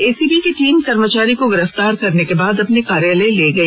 ACB की team कर्मचारी को गिरफ्तार करने के बाद अपने कार्यालय ले गई